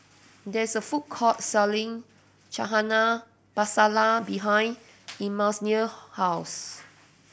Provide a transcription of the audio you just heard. there is a food court selling Chana Masala behind Immanuel house